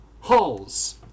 Hulls